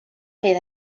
fer